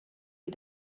wie